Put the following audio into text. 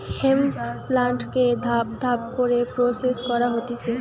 hemp প্লান্টকে ধাপ ধাপ করে প্রসেস করা হতিছে